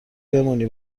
بمونی